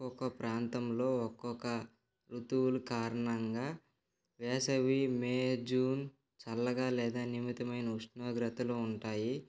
ఒక్కొక్క ప్రాంతంలో ఒక్కొక్క ఋతువులు కారణంగా వేసవి మే జూన్ చల్లగా లేదా నిమితమైన ఉష్ణోగ్రతలు ఉంటాయి